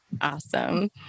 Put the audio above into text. Awesome